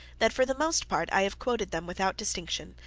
that for the most part i have quoted them without distinction,